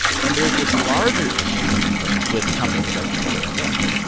and there's this larger issue with companies like uber and lyft.